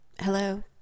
Hello